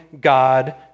God